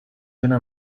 una